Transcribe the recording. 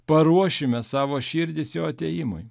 paruošime savo širdis jo atėjimui